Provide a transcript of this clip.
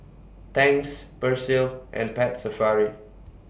Tangs Persil and Pet Safari